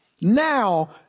Now